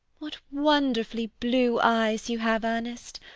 what wonderfully blue eyes you have, ernest!